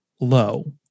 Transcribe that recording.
low